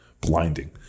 blinding